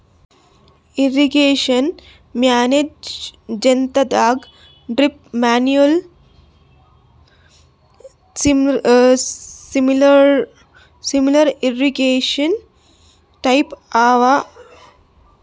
irrigation ಮ್ಯಾನೇಜ್ಮೆಂಟದಾಗ್ drip manual sprinkler irrigation type ಅವ